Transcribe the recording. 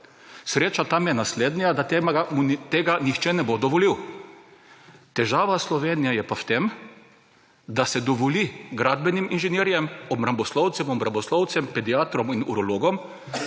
Sreča tam je naslednja, da mu tega nihče ne bo dovolil. Težava Slovenije je pa v tem, da se dovoli gradbenim inženirjem, obramboslovcem, pediatrom in urologom,